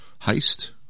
heist